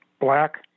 black